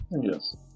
yes